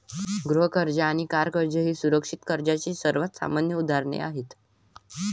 गृह कर्ज आणि कार कर्ज ही सुरक्षित कर्जाची सर्वात सामान्य उदाहरणे आहेत